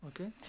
Okay